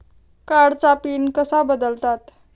कार्डचा पिन कसा बदलतात?